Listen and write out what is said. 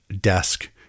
desk